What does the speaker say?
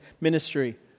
ministry